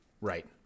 Right